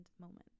moment